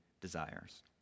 desires